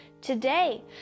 Today